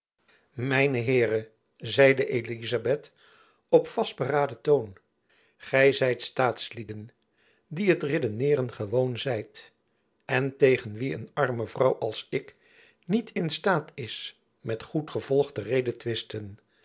mijne heeren zeide elizabeth op vastberaden toon gy zijt staatslieden die het redeneeren gewoon zijt en tegen wie een arme vrouw als ik niet in staat is met goed gevolg te